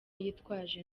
yitwaje